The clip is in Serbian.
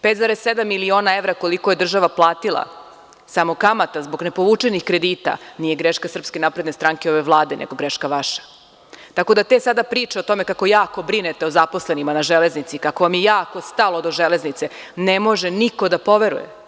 Pet zarez sedam miliona evra, koliko je država platila, samo kamata zbog nepovučenih kredita, nije greška SNS i ove Vlade, nego je greška vaša, tako da te sada priče o tome kako jako brinete o zaposlenima na „Železnici“, kako vam je jako stalo do „Železnice“, ne može niko da poveruje.